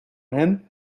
him